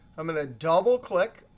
i'm going to double click.